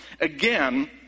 Again